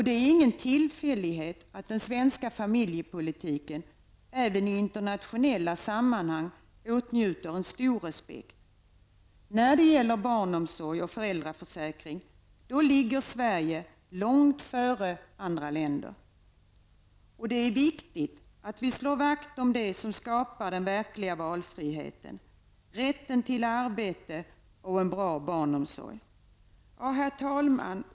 Det är ingen tillfällighet att den svenska familjepolitiken även i internationella sammanhang åtnjuter stor respekt. När det gäller barnomsorg och föräldraförsäkring ligger Sverige långt före andra länder. Det är viktigt att vi slår vakt om det som skapar den verkliga valfriheten -- rätten till arbete och en bra barnomsorg. Herr talman!